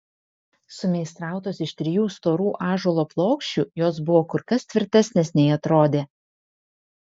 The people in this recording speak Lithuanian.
sumeistrautos iš trijų storų ąžuolo plokščių jos buvo kur kas tvirtesnės nei atrodė